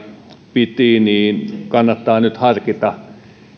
piti jälkeen kannattaa nyt harkita